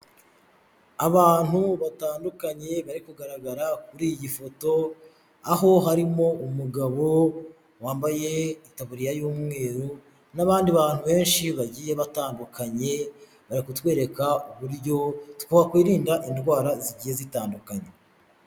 Abantu batandukanye bari kugaragara kuri iyi foto, aho harimo umugabo wambaye itaburiya y'umweru n'abandi bantu benshi bagiye batandukanye, bari kutwereka uburyo twakwirinda indwara zigiye zitandukanye.